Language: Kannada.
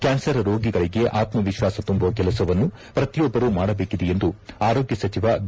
ಕ್ಯಾನ್ಸರ್ ರೋಗಿಗಳಿಗೆ ಆತ್ಮ ವಿಶ್ವಾಸ ತುಂಬುವ ಕೆಲಸವನ್ನು ಪ್ರತಿಯೊಬ್ಲರು ಮಾಡಬೇಕಿದೆ ಎಂದು ಆರೋಗ್ಯ ಸಚಿವ ಬಿ